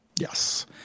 Yes